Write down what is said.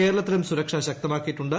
കേരളത്തിലും സുരക്ഷ ശക്തമാക്കിയിട്ടുണ്ട്